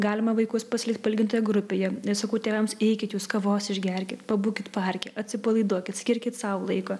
galima vaikus pasilikt pailgintoje grupėje sakau tėvams eikit jūs kavos išgerkit pabūkit parke atsipalaiduokit skirkit sau laiko